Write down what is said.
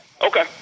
Okay